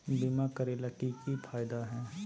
बीमा करैला के की फायदा है?